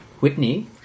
Whitney